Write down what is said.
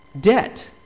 Debt